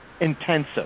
intensive